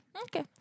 okay